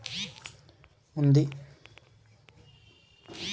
నేను ఒకేసారి పది లక్షలు డిపాజిట్ చేస్తా దీనికి నెల నెల వడ్డీ చెల్లించే పథకం ఏమైనుందా?